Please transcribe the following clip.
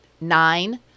Nine